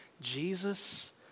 Jesus